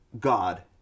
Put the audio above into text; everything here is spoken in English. God